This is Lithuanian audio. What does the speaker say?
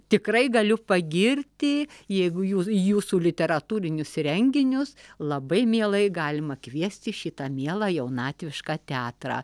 tikrai galiu pagirti jeigu jų į jūsų literatūrinius renginius labai mielai galima kviesti šitą mielą jaunatvišką teatrą